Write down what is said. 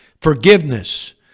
Forgiveness